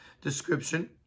description